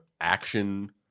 action